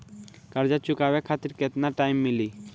कर्जा चुकावे खातिर केतना टाइम मिली?